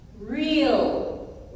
real